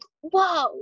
whoa